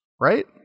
right